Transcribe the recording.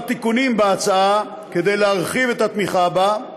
תיקונים בהצעה כדי להרחיב את התמיכה בה,